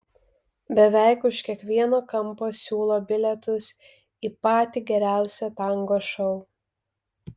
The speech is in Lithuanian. beveik už kiekvieno kampo siūlo bilietus į patį geriausią tango šou